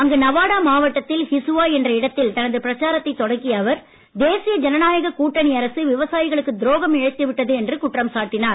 அங்கு நவாடா மாவட்டத்தில் ஹிசுவா என்ற இடத்தில் தனது பிரச்சாரத்தைத் தொடங்கிய அவர் தேசிய ஜனநாயகக் கூட்டணி அரசு விவசாயிகளுக்கு துரோகம் இழைத்துவிட்டது என்று குற்றம் சாட்டினார்